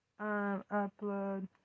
Upload